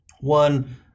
One